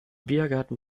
biergarten